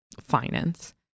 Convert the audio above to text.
finance